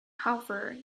however